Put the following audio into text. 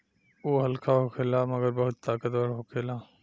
उ हल्का होखेला मगर बहुत ताकतवर होखेला